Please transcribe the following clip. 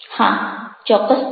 હા ચોક્કસપણે